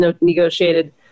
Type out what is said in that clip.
negotiated